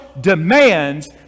demands